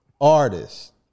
artist